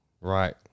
Right